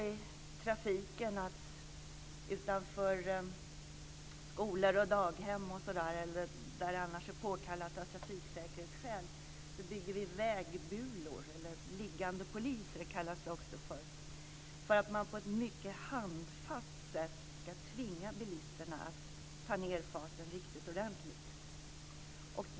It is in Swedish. I trafiken är det så att man utanför skolor och daghem och där det annars är påkallat av trafiksäkerhetsskäl bygger vägbulor eller - som det också kallas - liggande poliser för att bilisterna på ett mycket handfast sätt ska tvingas att minska farten riktigt ordentligt.